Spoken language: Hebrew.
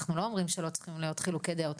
אנחנו לא אומרים שלא צריכים להיות חילוקי דעות.